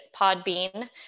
Podbean